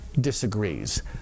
disagrees